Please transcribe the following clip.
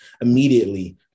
immediately